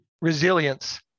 Resilience